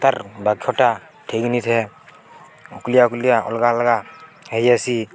ତାର୍ ବାଖ୍ୟଟା ଠିକ୍ ନିଥାଏ ଉକୁଲିଆ ଉଲିଆ ଅଲଗା ଅଲଗା ହୋଇ ଆସି